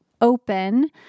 open